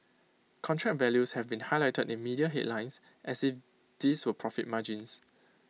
contract values have been highlighted in media headlines as if these were profit margins